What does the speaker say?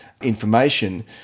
information